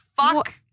fuck